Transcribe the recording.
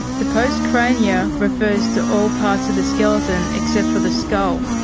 the post-crania refers to all parts of the skeleton except for the skull.